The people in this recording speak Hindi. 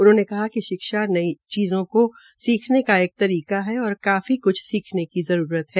उन्होंने कहा कि शिक्षा नई चीज़ों को सीखने का एक तरीका है और काफी क्छ सीखने की जरूरत है